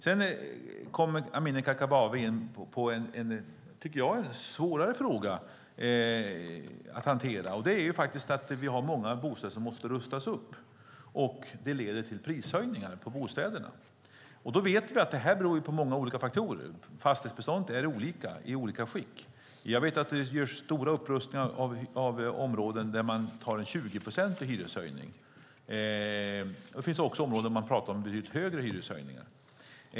Sedan kommer Amineh Kakabaveh in på en fråga som är svårare att hantera. Det är att vi har många bostäder som måste rustas upp och att det leder till prishöjningar på bostäderna. Vi vet att det beror på många olika faktorer. Fastighetsbeståndet är i olika skick. Jag vet att det görs stora upprustningar av områden där det blir en 20-procentig hyreshöjning, och det finns områden där man pratar om betydligt större hyreshöjningar.